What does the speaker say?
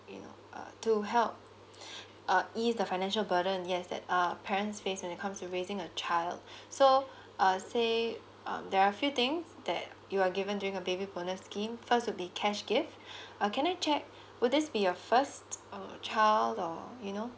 you know uh to help uh ease the financial burden yes that um parents face when it to comes raising a child so uh say um there are few things that you are given doing a baby bonus scheme first would be cash gifts uh can I check would this be your first child or you know